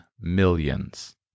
millions